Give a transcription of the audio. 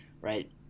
right